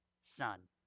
son